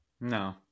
No